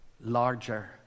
larger